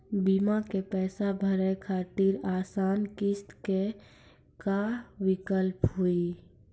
बीमा के पैसा भरे खातिर आसान किस्त के का विकल्प हुई?